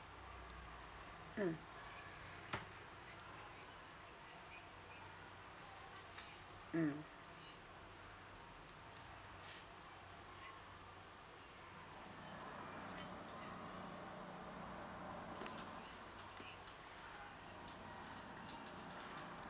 mm mm